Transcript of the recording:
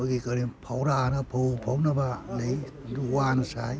ꯑꯩꯈꯣꯏꯒꯤ ꯀꯔꯤ ꯐꯧꯔꯥꯑꯅ ꯐꯧ ꯐꯧꯅꯕ ꯂꯩ ꯑꯗꯨ ꯋꯥꯅ ꯁꯥꯏ